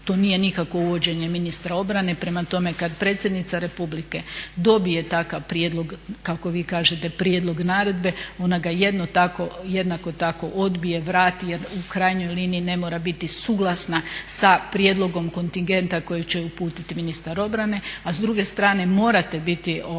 to nije nikakvo uvođenje ministra obrane. Prema tome, kada predsjednica Republike dobije takav prijedlog kako vi kažete prijedlog naredbe ona ga jednako tako odbije, vrati jer u krajnjoj liniji ne mora biti suglasna sa prijedlogom kontingenta koji će uputiti ministar obrane. A s druge strane morate biti svjesni